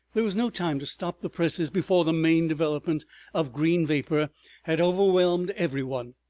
there was no time to stop the presses before the main development of green vapor had overwhelmed every one.